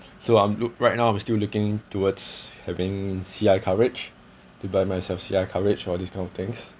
so I'm look right now I'm still looking towards having C_I coverage to buy myself C_I coverage all these kind of things